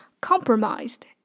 compromised